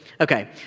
Okay